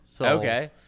Okay